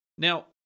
Now